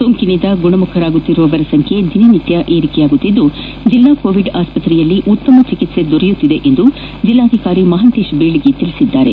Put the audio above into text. ಸೋಂಕಿನಿಂದ ಗುಣಮುಖರಾಗುತ್ತಿರುವವರ ಸಂಖ್ಯೆ ದಿನನಿತ್ಯ ಏರಿಕೆಯಾಗುತ್ತಿದ್ದು ಜಿಲ್ಡಾ ಕೋವಿಡ್ ಆಸ್ಪತ್ರೆಯಲ್ಲಿ ಉತ್ತಮ ಚಿಕಿತ್ಸೆ ದೊರೆಯುತ್ತಿದೆ ಎಂದು ಜಿಲ್ಲಾಧಿಕಾರಿ ಮಹಾಂತೇಶ ಬೀಳಗಿ ತಿಳಿಸಿದ್ದಾರೆ